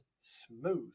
smooth